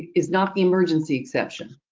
is not the emergency section.